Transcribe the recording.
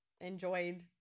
enjoyed